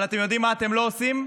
אבל אתם יודעים מה אתם לא עושים?